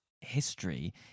history